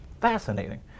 fascinating